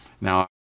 Now